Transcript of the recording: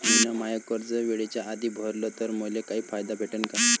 मिन माय कर्ज वेळेच्या आधी भरल तर मले काही फायदा भेटन का?